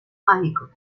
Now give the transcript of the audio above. mágicos